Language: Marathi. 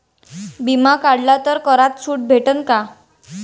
बिमा काढला तर करात सूट भेटन काय?